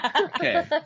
Okay